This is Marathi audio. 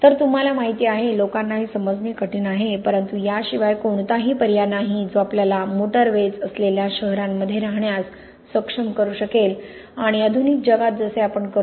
तर तुम्हाला माहिती आहे लोकांना हे समजणे कठीण आहे परंतु याशिवाय कोणताही पर्याय नाही जो आपल्याला मोटारवेज असलेल्या शहरांमध्ये राहण्यास सक्षम करू शकेल आणि आधुनिक जगात जसे आपण करतो